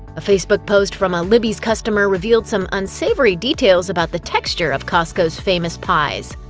a facebook post from a libby's customer revealed some unsavory details about the texture of costco's famous pies.